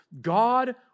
God